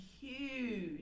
huge